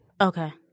Okay